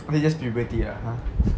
maybe just puberty ah !huh!